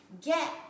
Get